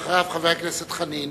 ואחריו, חבר הכנסת חנין.